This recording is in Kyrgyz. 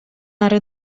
ары